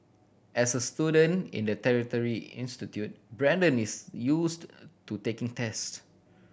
as a student in a tertiary institute Brandon is used to taking test